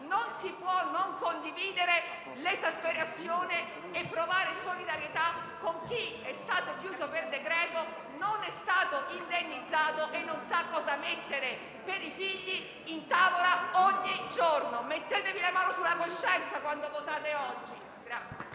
non si può non condividere l'esasperazione e non provare solidarietà verso chi è stato chiuso per decreto, non è stato indennizzato e non sa cosa mettere in tavola per i figli ogni giorno. Mettetevi una mano sulla coscienza, quando voterete oggi.